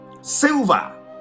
silver